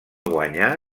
guanyà